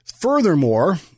Furthermore